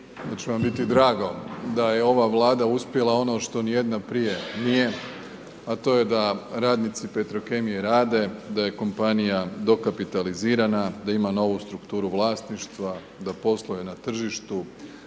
da će vam biti drago da je ova Vlada uspjela ono što ni jedna prije nije, a to je da radnici Petrokemije rade, da je kompanija dokapitalizirana, da ima novu strukturu vlasništva, da posluje na tržištu,